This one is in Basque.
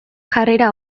jarrera